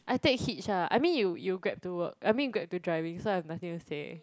I take hitch ah I mean you you grab to work I mean you grab to driving so I have nothing to say